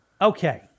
Okay